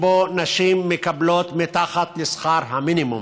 שנשים מקבלות מתחת לשכר המינימום